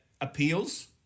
appeals